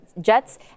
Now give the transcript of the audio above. jets